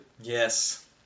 Yes